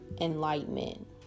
enlightenment